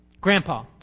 Grandpa